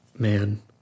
Man